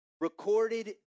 recorded